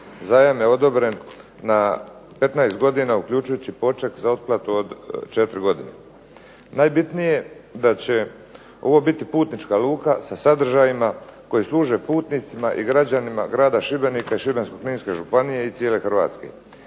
zajam je odobren na 15 godina uključujući poček za otplatu od 4 godine. Najbitnije je da će ovo biti putnička luka sa sadržajima koji služe putnicima i građanima grada Šibenika i šibensko-kninske županije i cijele Hrvatske.